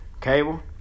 cable